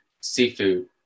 seafood